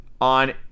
on